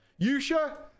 Yusha